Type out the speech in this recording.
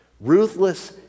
Ruthless